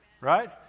right